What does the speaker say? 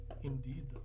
Indeed